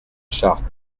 chartres